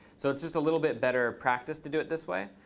so it's just a little bit better practice to do it this way.